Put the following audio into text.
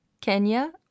Kenya